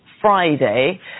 Friday